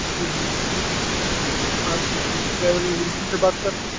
جی good morning آپ travel agency سے بات کر رہے ہیں